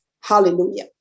Hallelujah